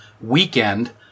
weekend